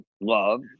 love